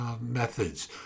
methods